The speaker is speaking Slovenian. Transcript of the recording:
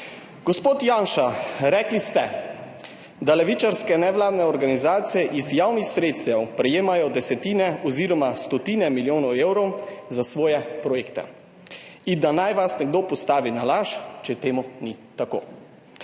Gospod Janša, rekli ste, da levičarske nevladne organizacije iz javnih sredstev prejemajo desetine oziroma stotine milijonov evrov za svoje projekte in da naj vas nekdo postavi na laž, če to ni tako.